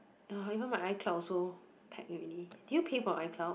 even my iCloud also pack already did you pay for iCloud